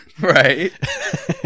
Right